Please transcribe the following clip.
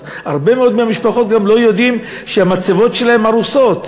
אז הרבה מאוד מהמשפחות גם לא יודעות שהמצבות שלהן הרוסות.